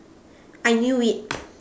I knew it